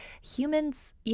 Humans